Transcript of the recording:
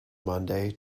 monday